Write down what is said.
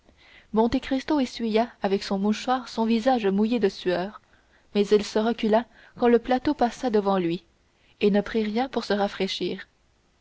monte cristo essuya avec son mouchoir son visage mouillé de sueur mais il se recula quand le plateau passa devant lui et ne prit rien pour se rafraîchir